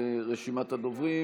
לרשימת הדוברים.